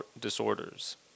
disorders